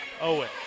Owen